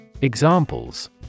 Examples